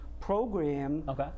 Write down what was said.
program